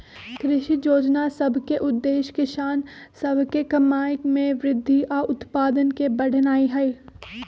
कृषि जोजना सभ के उद्देश्य किसान सभ के कमाइ में वृद्धि आऽ उत्पादन के बढ़ेनाइ हइ